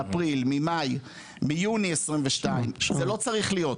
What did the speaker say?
מאפריל, ממאי, מיוני 22, זה לא צריך להיות.